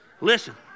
Listen